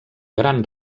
gran